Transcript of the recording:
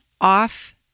off